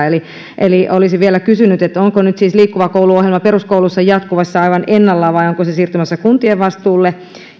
eli eli olisin vielä kysynyt onko nyt siis liikkuva koulu ohjelma peruskoulussa jatkumassa aivan ennallaan vai onko se siirtymässä kuntien vastuulle